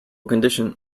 condition